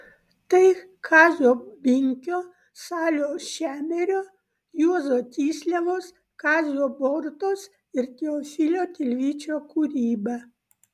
tai kazio binkio salio šemerio juozo tysliavos kazio borutos ir teofilio tilvyčio kūryba